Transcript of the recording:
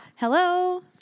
Hello